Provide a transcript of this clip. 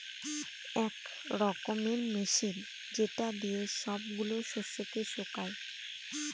এক রকমের মেশিন যেটা দিয়ে সব গুলা শস্যকে শুকায়